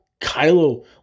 Kylo